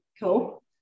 Cool